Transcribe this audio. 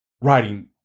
writing